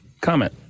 Comment